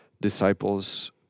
disciples